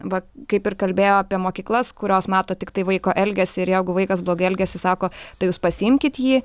va kaip ir kalbėjo apie mokyklas kurios mato tiktai vaiko elgesį ir jeigu vaikas blogai elgiasi sako tai jūs pasiimkit jį